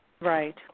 Right